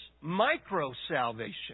micro-salvation